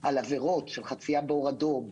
על עבירות של חצייה באור אדום,